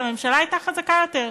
הממשלה הייתה חזקה יותר.